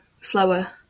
slower